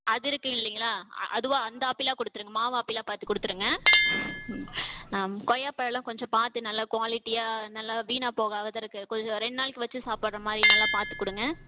அது இருக்கு இல்லைங்களா அதுவா அந்த ஆப்பிளா கொடுத்துடுங்க மாவு ஆப்பிளா பார்த்து கொடுத்துடுங்க கொய்யாப்பழலாம் கொஞ்சம் பார்த்து நல்லா குவாலிட்டியா நல்லா வீணாக போகாதுருக்க கொஞ்சம் ரெண்டு நாளைக்கு வச்சு சாப்புடுற மாதிரி நல்லா பார்த்து கொடுங்க